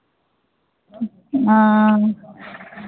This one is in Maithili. हँ